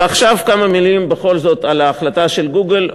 ועכשיו כמה מילים בכל זאת על ההחלטה של "גוגל",